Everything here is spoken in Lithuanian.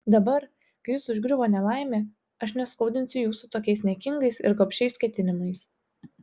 dabar kai jus užgriuvo nelaimė aš neskaudinsiu jūsų tokiais niekingais ir gobšiais ketinimais